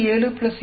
7 7